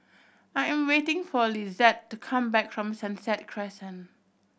I am waiting for Lizeth to come back from Sunset Crescent